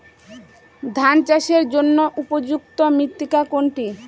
ধান চাষের জন্য উপযুক্ত মৃত্তিকা কোনটি?